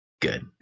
good